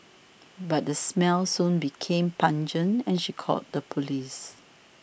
but the smell soon became pungent and she called the police